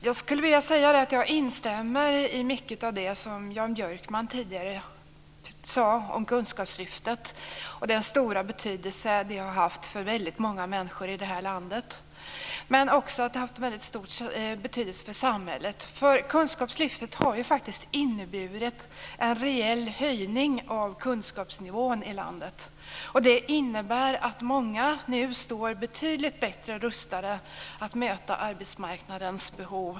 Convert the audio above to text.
Jag skulle vilja instämma i mycket av det som Jan Björkman tidigare sade om Kunskapslyftet och den stora betydelse det har haft för väldigt många människor i det här landet. Men det har också haft stor betydelse för samhället. Kunskapslyftet har ju faktiskt inneburit en rejäl höjning av kunskapsnivån i landet. Det innebär att många nu står betydligt bättre rustade att möta arbetsmarknadens behov.